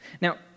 Now